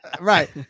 Right